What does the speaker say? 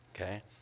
Okay